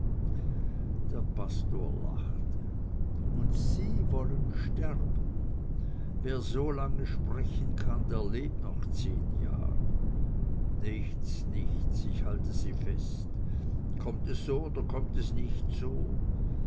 der pastor lachte und sie wollen sterben wer so lange sprechen kann der lebt noch zehn jahr nichts nichts ich halte sie fest kommt es so oder kommt es nicht so